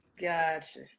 Gotcha